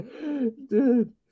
Dude